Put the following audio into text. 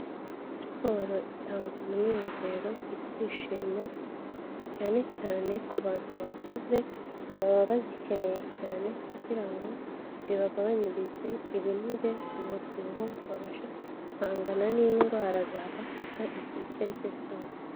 Siporo itanga umunezero, ibyishimo, cyane cyane ku bantu bakuze baba bazikeneye cyane kugira ngo zibagabanyirize ibinure, umubyibuho babashe guhangana n'indwara zabataka igihe icyo ari cyo cyose.